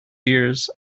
years